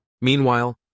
Meanwhile